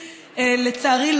לצערי,